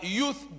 youth